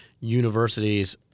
universities